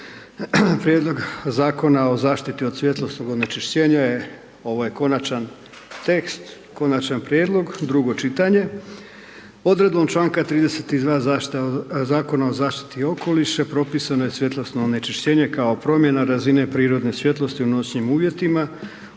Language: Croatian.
Prijedlog zakona o zaštiti od svjetlosnog onečišćenja je ovaj konačan tekst, konačan prijedlog, drugo čitanje. Odredbom čl. 32 Zakona o zaštiti okoliša propisano je svjetlosno onečišćenje kao promjena razine prirodne svjetlosti u noćnim uvjetima